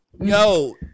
Yo